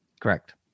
Correct